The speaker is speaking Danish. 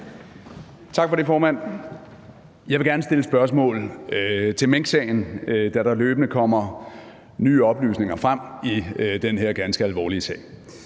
Tak for det, formand. Jeg vil gerne stille spørgsmål til minksagen, da der løbende kommer nye oplysninger frem i den her ganske alvorlige sag.